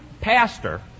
pastor